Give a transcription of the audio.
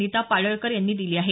नीता पाडळकर यांनी दिली आहे